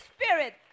spirit